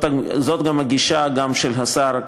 זאת הגישה גם של השר,